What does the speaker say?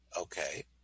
okay